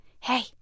Hey